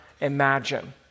imagine